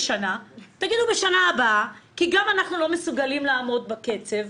תגידו בשנה הבאה כי אנחנו לא מסוגלים לעמוד בקצב.